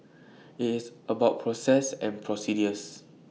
IT is about process and procedures